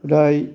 हदाइ